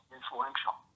influential